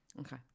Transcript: Okay